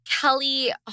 Kelly